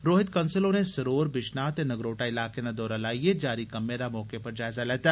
रोहित कंसल होरें सरोर बिश्नाह ते नगरोटा इलाकें दा दौरा लाइयै जारी कम्मै दा मौके पर जायजा लैता